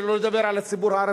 שלא לדבר על הציבור הערבי,